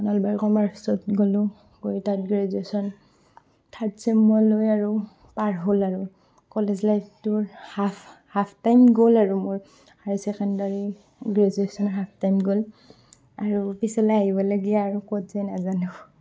নলবাৰী কমাৰ্চত গ'লোঁ গৈ তাত গ্ৰেজুয়েশ্যন থাৰ্ড চেমলৈ আৰু পাৰ হ'ল আৰু কলেজ লাইফটোৰ হাফ হাফ টাইম গ'ল আৰু মোৰ high secondary graduation half time গ'ল আৰু পিছলৈ আহিবলগীয়া আৰু ক'ত যে নাজানো